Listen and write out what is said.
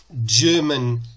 German